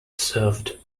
served